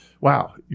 wow